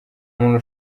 muntu